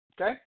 okay